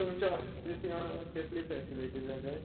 तुमच्या ऑफिस कसली फेसिलिटीज आसा